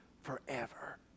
forever